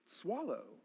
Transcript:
swallow